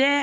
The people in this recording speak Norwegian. Det